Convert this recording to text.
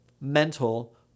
mental